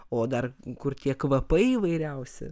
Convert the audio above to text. o dar kur tie kvapai įvairiausi